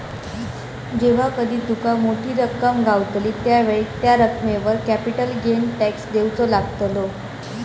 जेव्हा कधी तुका मोठी रक्कम गावतली त्यावेळेक त्या रकमेवर कॅपिटल गेन टॅक्स देवचो लागतलो